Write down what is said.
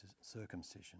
circumcision